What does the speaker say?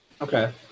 Okay